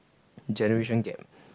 generation gap